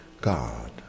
God